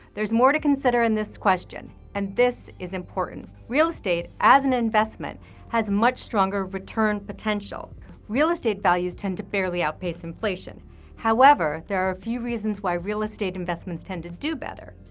there's more to consider in this question. and this is important real estate as an investment has much stronger return potential. real estate values tend to barely outpace inflation however, there are a few reasons why real estate investments tend to do better.